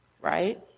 right